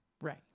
Right